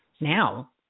now